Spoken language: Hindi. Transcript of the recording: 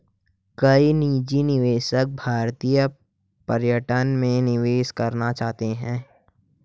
कई निजी निवेशक भारतीय पर्यटन में निवेश करना चाहते हैं